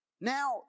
Now